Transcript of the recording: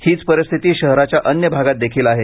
हीच परिस्थिती शहराच्या अन्य भागात देखील आहे